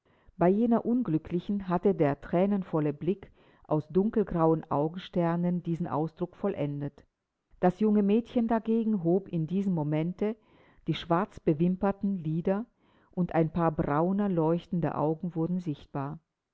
bei jener unglücklichen hatte der thränenvolle blick aus dunkelgrauen augensternen diesen ausdruck vollendet das junge mädchen dagegen hob in diesem momente die schwarzbewimperten lider und ein paar brauner leuchtender augen wurden sichtbar